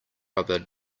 rubber